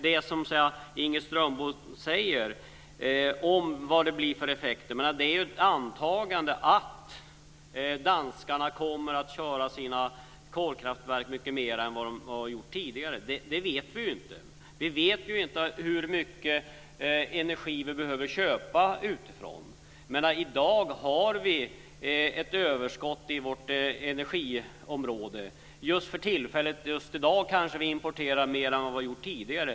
Det Inger Strömbom säger om effekterna är ett antagande, att danskarna kommer att köra sina kolkraftverk mycket mer än de har gjort tidigare. Det vet vi ju inte. Vi vet inte hur mycket energi vi behöver köpa utifrån. Vi har ett överskott i vårt energiområde. Just i dag kanske vi importerar mer än vi har gjort tidigare.